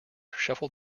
shuffled